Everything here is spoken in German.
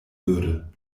würde